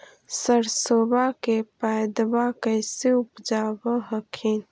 सरसोबा के पायदबा कैसे उपजाब हखिन?